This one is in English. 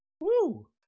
Woo